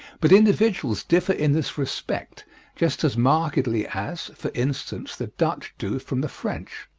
but individuals differ in this respect just as markedly as, for instance, the dutch do from the french.